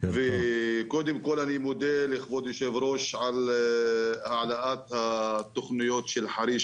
אני מודה לכבוד היושב-ראש על העלאת התכניות של חריש